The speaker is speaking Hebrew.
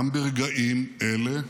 גם ברגעים אלה,